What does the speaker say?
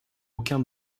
aucun